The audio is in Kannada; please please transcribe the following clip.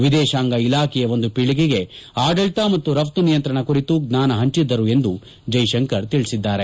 ವಿದೇಶಾಂಗ ಇಲಾಖೆಯ ಒಂದು ಪೀಳಿಗೆಗೆ ಆಡಳಿತ ಮತ್ತು ರಪ್ತು ನಿಯಂತ್ರಣ ಕುರಿತು ಜ್ವಾನ ಹಂಚಿದ್ದರು ಎಂದು ಜೈಶಂಕರ್ ತಿಳಿಸಿದ್ದಾರೆ